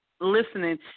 listening